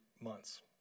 months